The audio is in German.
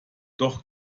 doch